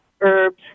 herbs